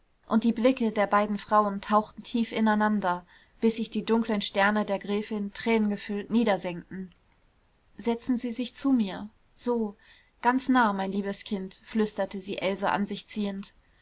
und die blicke der beiden frauen tauchten tief ineinander bis sich die dunklen sterne der gräfin tränengefüllt niedersenkten setzen sie sich zu mir so ganz nah mein liebes kind flüsterte sie else an sich ziehend